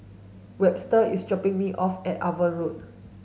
Webster is dropping me off at Avon Road